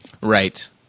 Right